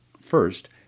First